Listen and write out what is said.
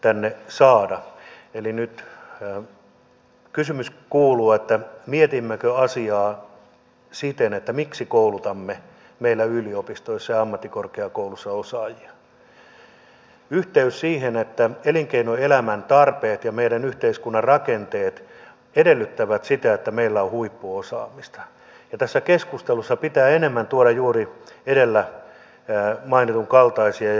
eli nyt kysymys kuuluu mietimmekö asiaa siten että miksi koulutamme meillä yliopistoissa ja ammattikorkeakouluissa osaajia yhteys siihen että elinkeinoelämän tarpeet ja meidän yhteiskunnan rakenteet edellyttävät sitä että meillä on huippuosaamista ja tässä keskustelussa pitää enemmän tuoda juuri edellä mainitun kaltaisia asioita